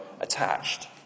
attached